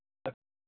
ಹಾಂ